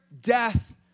death